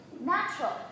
natural